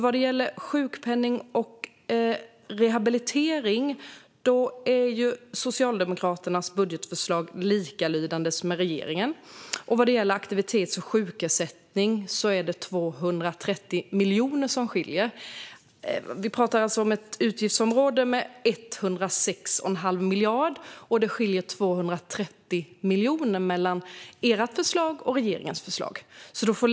Vad gäller sjukpenning och rehabilitering är Socialdemokraternas budgetförslag likalydande med regeringens. Vad gäller aktivitets och sjukersättning är det 230 miljoner som skiljer dem åt. Vi pratar alltså om ett utgiftsområde som omfattar 106 1⁄2 miljarder, och det skiljer 230 miljoner mellan Socialdemokraternas förslag och regeringens förslag.